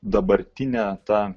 dabartinė ta